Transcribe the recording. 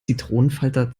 zitronenfalter